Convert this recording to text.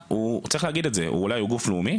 צריך להגיד את זה: מד"א אולי גוף לאומי,